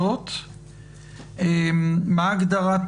אל תיעלבו מזה שחברי הוועדה לא התייצבו